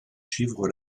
suivre